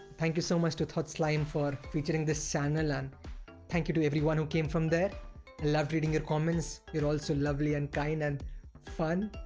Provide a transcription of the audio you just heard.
thank you so much to thoughtslime for featuring this channel and thank you to everyone who came from there. i loved reading your comments, you're all so lovely and kind and fun.